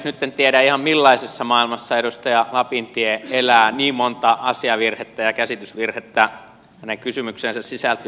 nyt en ihan tiedä millaisessa maailmassa edustaja lapintie elää niin monta asiavirhettä ja käsitysvirhettä hänen kysymykseensä sisältyi